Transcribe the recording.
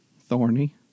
Thorny